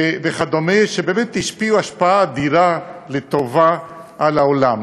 וכדומה, שבאמת השפיעו השפעה אדירה לטובה על העולם.